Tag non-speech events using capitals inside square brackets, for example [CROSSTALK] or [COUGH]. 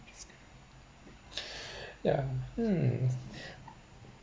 [NOISE] yeah hmm